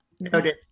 Noted